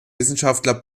wissenschaftler